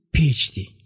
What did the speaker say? PhD